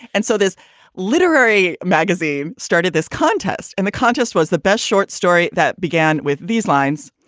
and so this literary magazine started this contest. and the contest was the best short story that began with these lines.